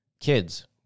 kids